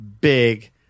big